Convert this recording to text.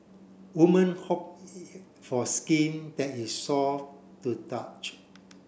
women hope for skin that is soft to touch